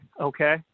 Okay